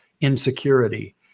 insecurity